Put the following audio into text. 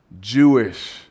Jewish